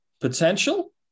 potential